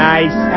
Nice